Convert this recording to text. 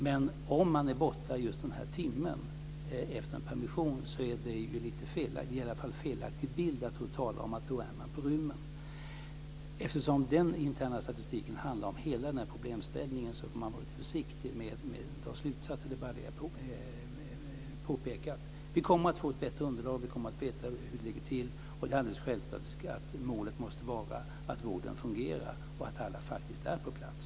Men om man är borta en timme efter en permission ger det en felaktig bild att tala om att vara på rymmen. Den interna statistiken handlar om hela problemställningen. Därför får man vara försiktig med att dra slutsatser. Vi kommer att få ett bättre underlag och veta hur det ligger till. Självklart måste målet vara att vården fungerar och att alla är på plats.